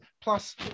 plus